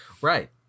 right